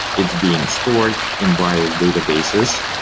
it's being stored in various databases.